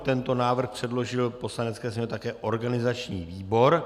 Tento návrh předložil Poslanecké sněmovně také organizační výbor.